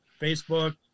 Facebook